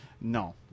No